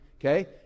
okay